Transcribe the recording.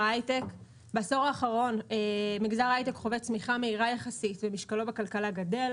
בעשור האחרון מגזר ההייטק חווה צמיחה מהירה יחסית ומשקלו בכלכלה גדל.